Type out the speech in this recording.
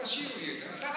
תשאיר לי את זה.